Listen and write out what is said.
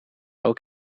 ook